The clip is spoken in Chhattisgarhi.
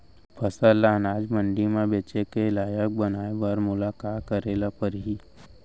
फसल ल अनाज मंडी म बेचे के लायक बनाय बर मोला का करे ल परही?